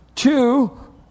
Two